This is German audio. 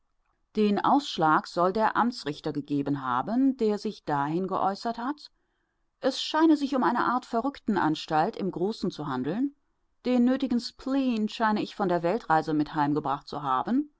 den ausschlag soll der amtsrichter gegeben haben der sich dahin geäußert hat es scheine sich um eine art verrücktenanstalt im großen zu handeln den nötigen spleen scheine ich von der weltreise mit heimgebracht zu haben